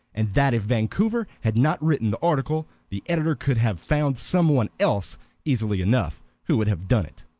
and that if vancouver had not written the article, the editor could have found some one else easily enough who would have done it.